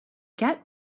get